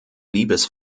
liebes